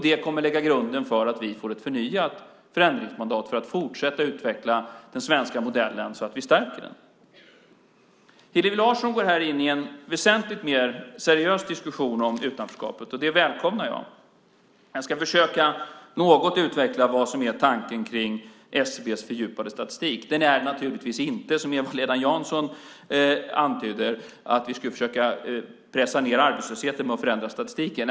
Det kommer att lägga grunden för att vi får ett förnyat förändringsmandat för att fortsätta att utveckla den svenska modellen så att vi stärker den. Hillevi Larsson går in i en väsentligt mer seriös diskussion om utanförskapet, och det välkomnar jag. Jag ska försöka att något utveckla vad som är tanken bakom SCB:s fördjupade statistik. Den är naturligtvis inte, som Eva-Lena Jansson antyder, att vi skulle försöka pressa ned arbetslösheten genom att förändra statistiken.